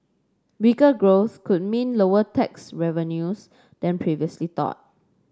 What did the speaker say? weaker growth could mean lower tax revenues than previously thought